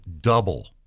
double